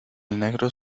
negro